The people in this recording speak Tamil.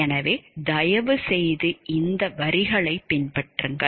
எனவே தயவுசெய்து இந்த வரிகளைப் பின்பற்றுங்கள்